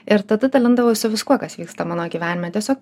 ir tada dalindavausi viskuo kas vyksta mano gyvenime tiesiog